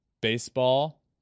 baseball